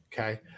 Okay